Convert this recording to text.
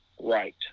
right